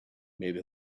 maybe